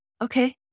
Okay